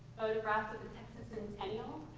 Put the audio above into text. photographs at the texas centennial,